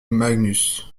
magnus